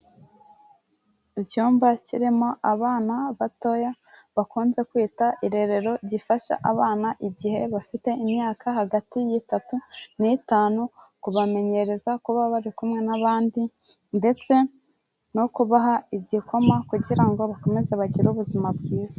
Icyumba kirimo abana batoya bakunze kwita irerero, gifasha abana igihe bafite imyaka hagati y'itatu n'itanu, kubamenyereza kuba bari kumwe n'abandi ndetse no kubaha igikoma kugira ngo bakomeze bagire ubuzima bwiza.